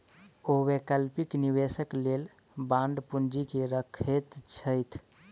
ओ वैकल्पिक निवेशक लेल बांड पूंजी के रखैत छथि